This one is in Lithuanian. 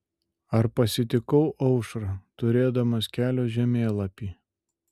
ar pasitikau aušrą turėdamas kelio žemėlapį